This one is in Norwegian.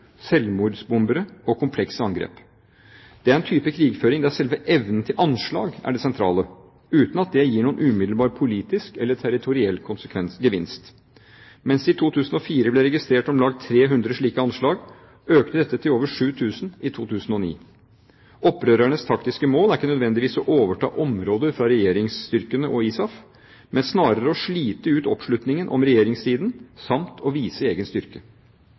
selvmordsbombere og komplekse angrep. Det er en type krigføring der selve evnen til anslag er det sentrale, uten at det gir noen umiddelbar politisk eller territoriell gevinst. Mens det i 2004 ble registrert om lag 300 slike anslag, økte dette til over 7 000 i 2009. Opprørernes taktiske mål er ikke nødvendigvis å overta områder fra regjeringsstyrkene og ISAF, men snarere å slite ut oppslutningen om regjeringssiden samt å vise egen styrke.